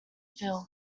feel